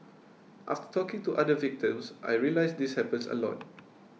after talking to other victims I realised this happens a lot